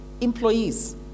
employees